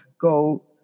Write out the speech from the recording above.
go –